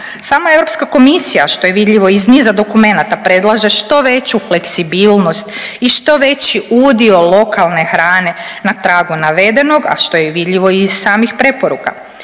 Sama Europska komisija što je vidljivo iz niza dokumenata predlaže što veću fleksibilnost i što veći udio lokalne hrane na tragu navedenog, a što je vidljivo i iz samih preporuka.